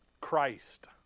Christ